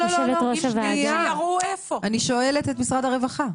אני שואלת את משרד הרווחה.